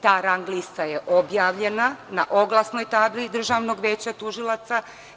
Ta rang lista je objavljena na oglasnoj tabli Državnog veća tužilaca.